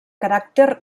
caràcter